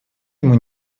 ему